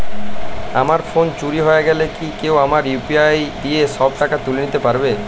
আমার ফোন চুরি হয়ে গেলে কি কেউ আমার ইউ.পি.আই দিয়ে সব টাকা তুলে নিতে পারবে?